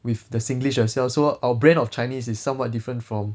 with the singlish as well so our brand of chinese is somewhat different from